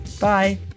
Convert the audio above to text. Bye